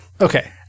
Okay